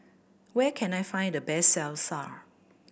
where can I find the best Salsa